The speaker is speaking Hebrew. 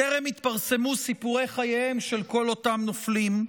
טרם התפרסמו סיפורי חייהם של כל אותם נופלים,